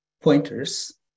pointers